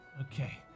Okay